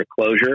closure